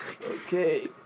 Okay